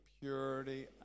purity